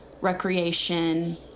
recreation